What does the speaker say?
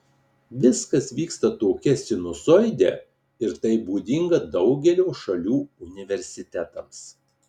viskas vyksta tokia sinusoide ir tai būdinga daugelio šalių universitetams